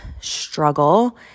struggle